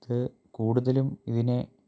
ഇത് കൂടുതലും ഇതിനെ